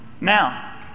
Now